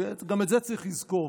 וגם את זה צריך לזכור.